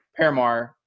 Paramar